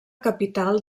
capital